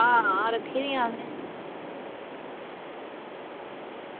आं रक्खी दियां असें